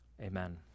amen